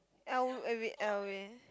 L L leh